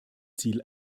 ziel